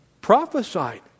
prophesied